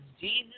Jesus